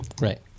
Right